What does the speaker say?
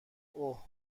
اوه